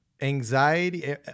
Anxiety